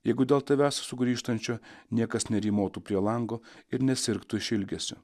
jeigu dėl tavęs sugrįžtančio niekas nerymotų prie lango ir nesirgtų iš ilgesio